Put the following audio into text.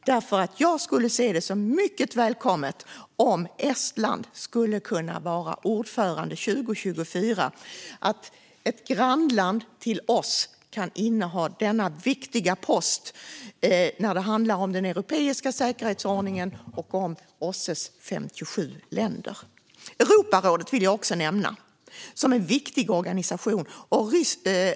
Det skulle vara mycket välkommet om Estland skulle kunna vara ordförande 2024, att ett grannland till oss kan inneha den viktiga posten. Det handlar om den europeiska säkerhetsordningen och 57 länder. Jag vill även nämna Europarådet, som är en viktig organisation.